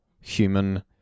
human